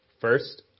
First